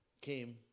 came